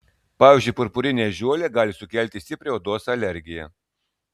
pavyzdžiui purpurinė ežiuolė gali sukelti stiprią odos alergiją